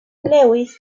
lewis